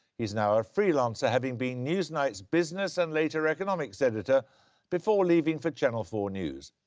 he is now a freelancer, having been newsnight's business and later economics editor before leaving for channel four news.